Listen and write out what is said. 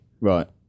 Right